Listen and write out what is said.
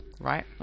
right